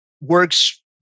works